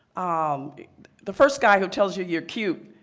um the first guy who tells you you're cute